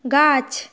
গাছ